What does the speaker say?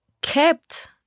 kept